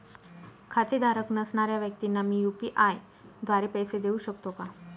खातेधारक नसणाऱ्या व्यक्तींना मी यू.पी.आय द्वारे पैसे देऊ शकतो का?